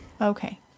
Okay